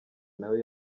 nawe